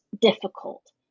difficult